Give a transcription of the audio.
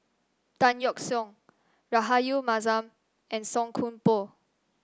Tan Yeok Seong Rahayu Mahzam and Song Koon Poh